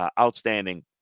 outstanding